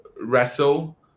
wrestle